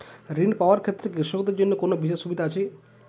ঋণ পাওয়ার ক্ষেত্রে কৃষকদের জন্য কোনো বিশেষ সুবিধা আছে?